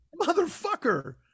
Motherfucker